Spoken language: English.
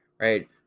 right